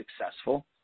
successful